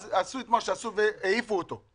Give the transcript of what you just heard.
עשו את מה שעשו והעיפו אותו.